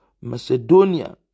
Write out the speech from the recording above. Macedonia